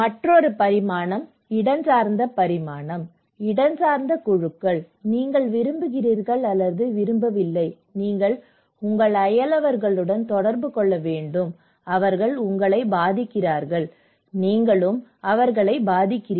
மற்றொரு பரிமாணம் இடஞ்சார்ந்த பரிமாணம் இடஞ்சார்ந்த குழுக்கள் நீங்கள் விரும்புகிறீர்கள் அல்லது விரும்பவில்லை நீங்கள் உங்கள் அயலவர்களுடன் தொடர்பு கொள்ள வேண்டும் அவர்கள் உங்களை பாதிக்கிறார்கள் நீங்களும் அவர்களை பாதிக்கிறீர்கள்